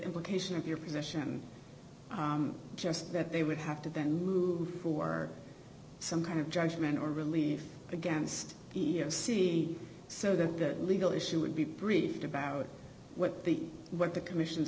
implication of your position just that they would have to then move for some kind of judgment or relief against of c so that the legal issue would be briefed about what the what the commission